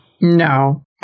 No